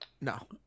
No